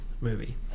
movie